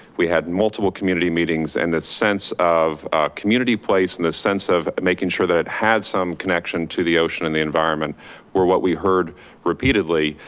we had multiple community meetings and that sense of community placed in this sense of making sure that had some connection to the ocean and the environment were what we heard repeatedly,